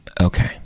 Okay